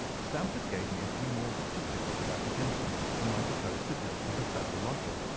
stamford gave me a few more particulars about the gentleman whom i proposed to take as a fellow-lodger.